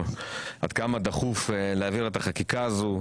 עד כמה דחוף להעביר את החקיקה הזאת.